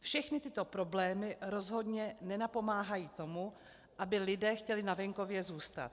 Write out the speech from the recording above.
Všechny tyto problémy rozhodně nenapomáhají tomu, aby lidé chtěli na venkově zůstat.